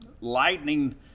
lightning